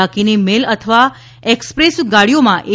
બાકીની મેલ અથવા એકસપ્રેસ ગાડીઓમાં એ